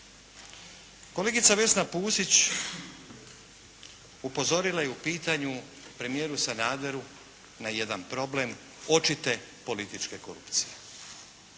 Kolegica Vesna Pusić upozorila je u pitanju premijeru Sanaderu na jedan problem očite političke korupcije.